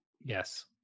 yes